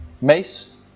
mace